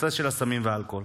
נושא הסמים והאלכוהול,